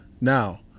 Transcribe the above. now